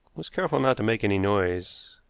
was careful not to make any noise,